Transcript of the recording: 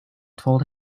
told